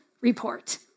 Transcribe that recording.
report